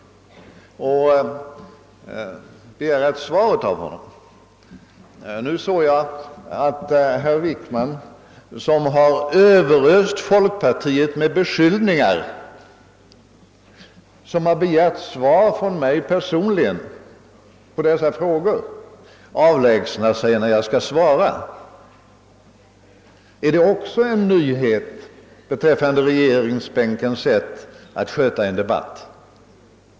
Nu såg jag emellertid att herr Wickman, som överöst folkpartiet med beskyllningar och som begärt svar av mig personligen på en hel del frågor, avlägsnade sig när jag i min tur skall svara. Är det också en nyhet när det gäller regeringens sätt att sköta en debatt?